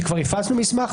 כבר הפצנו מסמך,